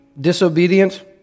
Disobedient